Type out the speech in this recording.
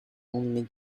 only